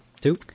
Two